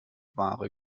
wahre